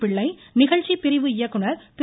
பிள்ளை நிகழ்ச்சி பிரிவு இயக்குநர் திரு